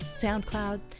SoundCloud